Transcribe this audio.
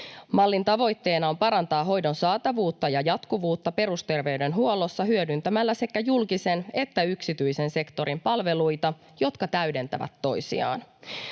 Mallin tavoitteena on parantaa hoidon saatavuutta ja jatkuvuutta perusterveydenhuollossa hyödyntämällä sekä julkisen että yksityisen sektorin palveluita, jotka täydentävät toisiaan.